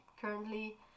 currently